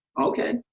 okay